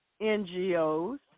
NGOs